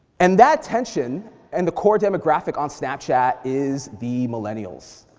and that attention and the core demographic on snapchat is the millennials.